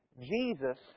Jesus